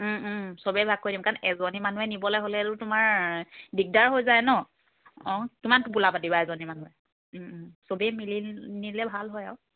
সবেই ভাগ কৰি দিম কাৰণ এজনী মানুহে নিবলৈ হ'লেতো তোমাৰ দিগদাৰ হৈ যায় নহ্ অঁ কিমান টোপোলা পাতিবা এজনী মানুহে সবেই মিলি নিলে ভাল হয় আৰু